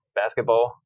basketball